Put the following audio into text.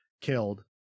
killed